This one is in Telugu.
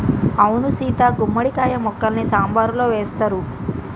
అవును సీత గుమ్మడి కాయ ముక్కల్ని సాంబారులో వేస్తారు